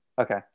Okay